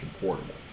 Portable